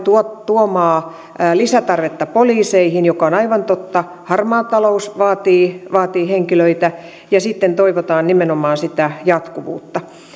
tuomaa lisätarvetta poliiseihin mikä on aivan totta harmaa talous vaatii vaatii henkilöitä ja sitten toivotaan nimenomaan sitä jatkuvuutta